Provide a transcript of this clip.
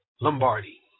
Lombardi